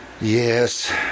Yes